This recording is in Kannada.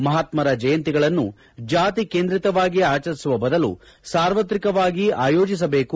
ಮಹಾತ್ಮರ ಜಯಂತಿಗಳನ್ನು ಕೇಂದ್ರೀತವಾಗಿ ಆಚರಿಸುವ ಬದಲು ಸಾರ್ವತ್ರಿಕವಾಗಿ ಆಯೋಜಿಸಬೇಕು